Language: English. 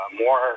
more